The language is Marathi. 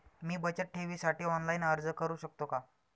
मी बचत ठेवीसाठी ऑनलाइन अर्ज करू शकतो का?